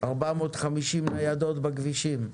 450 ניידות בכבישים.